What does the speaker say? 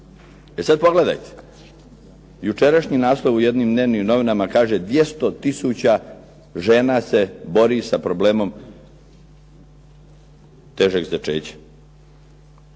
E sad pogledajte jučerašnji naslov u jednim dnevnim novinama kaže 200 tisuća žena se bori sa problemom težeg začeća